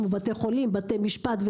כמו בתי חולים ובתי משפט,